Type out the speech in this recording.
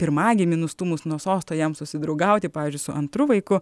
pirmagimį nustūmus nuo sosto jam susidraugauti pavyzdžiui su antru vaiku